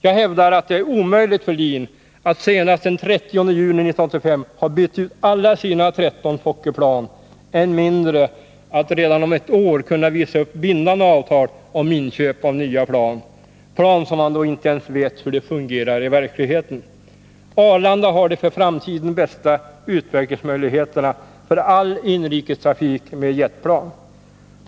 Jag hävdar att det är omöjligt för LIN att senast den 30 juni 1985 ha bytt ut alla sina 13 Fokkerplan, än mindre att redan om ett år visa upp bindande avtal om inköp av nya plan, plan som man då inte ens vet hur de fungerar i verkligheten. Arlanda har de för framtiden bästa utvecklingsmöjligheterna för all inrikestrafik med jetplan.